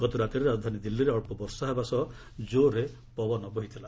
ଗତରାତିରେ ରାଜଧାନୀ ଦିଲ୍ଲୀରେ ଅଳ୍ପ ବର୍ଷା ହେବା ସହ କୋର୍ରେ ପବନ ବହିଥିଲା